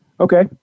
Okay